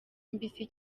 mbisi